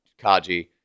Kaji